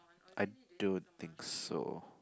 I don't think so